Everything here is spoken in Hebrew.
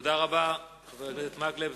תודה רבה, חבר הכנסת מקלב.